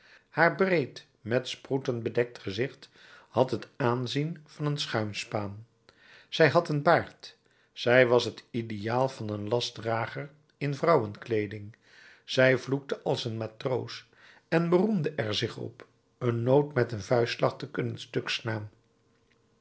haar breed met sproeten bedekt gezicht had het aanzien van een schuimspaan zij had een baard zij was het ideaal van een lastdrager in vrouwenkleeding zij vloekte als een matroos en beroemde er zich op een noot met een vuistslag te kunnen stuk slaan